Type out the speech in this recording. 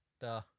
Duh